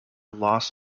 loss